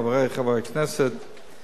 חברי חברי הכנסת,